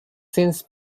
since